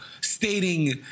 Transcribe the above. stating